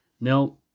Now